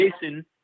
jason